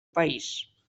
país